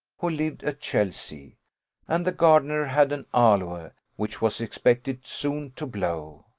who lived at chelsea and the gardener had an aloe, which was expected soon to blow.